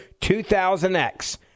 2000X